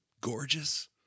gorgeous